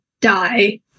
die